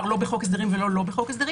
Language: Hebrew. לא בחוק הסדרים ולא לא בחוק הסדרים.